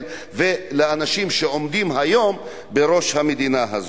ולאנשים שעומדים היום בראש המדינה הזאת.